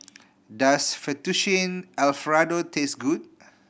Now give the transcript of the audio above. does Fettuccine Alfredo taste good